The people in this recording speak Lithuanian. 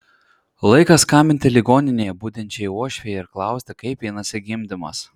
laikas skambinti ligoninėje budinčiai uošvei ir klausti kaip einasi gimdymas